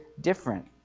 different